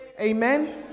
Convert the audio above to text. Amen